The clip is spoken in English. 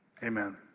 Amen